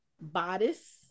bodice